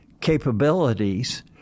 capabilities